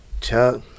Chuck